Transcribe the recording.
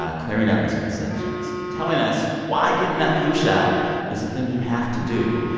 ah clearing up misconceptions and telling us why getting that flu shot is a thing you have to do.